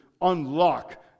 unlock